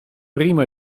primo